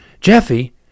Jeffy